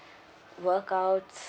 workouts